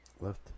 Left